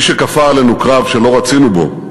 מי שכפה עלינו קרב שלא רצינו בו,